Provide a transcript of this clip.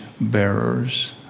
bearers